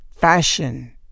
fashion